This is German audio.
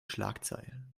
schlagzeilen